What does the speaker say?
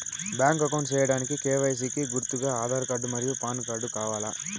Bank account సేయడానికి KYC కి గుర్తుగా ఆధార్ కార్డ్ మరియు పాన్ కార్డ్ కావాలా?